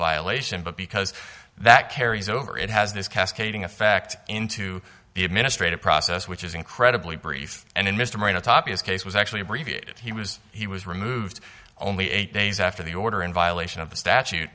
violation but because that carries over it has this cascading effect into the administrative process which is incredibly brief and in mr moreno top is case was actually abbreviated he was he was removed only eight days after the order in violation of the s